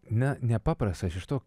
ne nepaprastas iš to